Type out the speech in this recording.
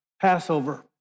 Passover